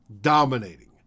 dominating